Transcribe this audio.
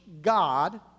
God